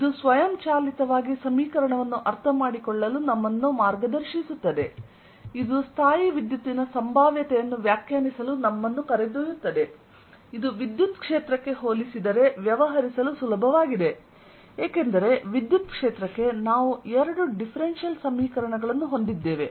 ಇದು ಸ್ವಯಂಚಾಲಿತವಾಗಿ ಸಮೀಕರಣವನ್ನು ಅರ್ಥಮಾಡಿಕೊಳ್ಳಲು ನಮ್ಮನ್ನು ಮಾರ್ಗದರ್ಶಿಶಿಸುತ್ತದೆ ಇದು ಸ್ಥಾಯೀವಿದ್ಯುತ್ತಿನ ಸಂಭಾವ್ಯತೆಯನ್ನು ವ್ಯಾಖ್ಯಾನಿಸಲು ನಮ್ಮನ್ನು ಕರೆದೊಯ್ಯುತ್ತದೆ ಇದು ವಿದ್ಯುತ್ ಕ್ಷೇತ್ರಕ್ಕೆ ಹೋಲಿಸಿದರೆ ವ್ಯವಹರಿಸಲು ಸುಲಭವಾಗಿದೆ ಏಕೆಂದರೆ ವಿದ್ಯುತ್ ಕ್ಷೇತ್ರಕ್ಕೆ ನಾವು ಎರಡು ಡಿಫ್ರೆನ್ಸಿಯಲ್ ಸಮೀಕರಣಗಳನ್ನು ಹೊಂದಿದ್ದೇವೆ